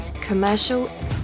commercial